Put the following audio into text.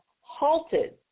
halted